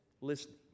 listening